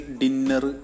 dinner